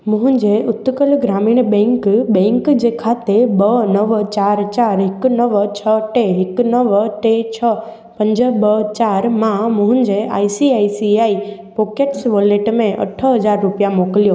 मुंहिंजे Utkal Grameen bank bank जे खाते ॿ नव चारि चारि हिकु नव छह टे हिकु नव टे छह पंज ॿ चारि मां मुंहिंजे I C I C I pockets wallet में अठ हज़ार रुपिया मोकिलियो